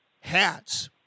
hats